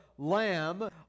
lamb